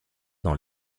dans